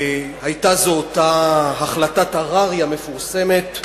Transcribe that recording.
והיתה זאת אותה החלטת הררי המפורסמת,